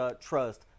trust